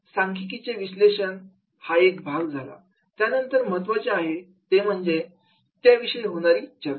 सांख्यिकीचे विश्लेषण हा एक भाग झाला त्यानंतर महत्वाचे आहे ते म्हणजे त्याविषयी होणारी चर्चा